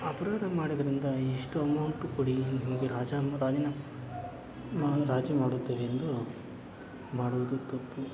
ಅಪರಾದ ಮಾಡೊದರಿಂದ ಇಷ್ಟು ಅಮೌಂಟ್ ಕೊಡಿ ನಿಮಗೆ ರಾಜಾಮ್ ರಾಜಿನ ನಾವು ರಾಜಿ ಮಾಡುತ್ತೇವೆಂದು ಮಾಡುವುದು ತಪ್ಪು